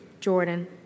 Jordan